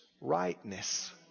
rightness